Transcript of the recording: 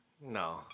No